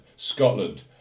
Scotland